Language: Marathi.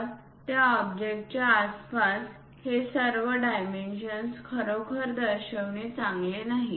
तर त्या ऑब्जेक्टच्या आसपास हे सर्व डायमेन्शन्स खरोखर दर्शविणे चांगले नाही